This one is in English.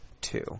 Two